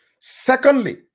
Secondly